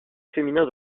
féminin